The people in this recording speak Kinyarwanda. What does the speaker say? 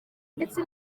ndetse